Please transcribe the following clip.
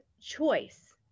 choice